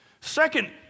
Second